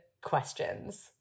questions